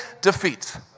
defeat